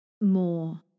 more